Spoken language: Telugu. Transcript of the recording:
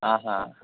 ఆహా